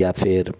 या फिर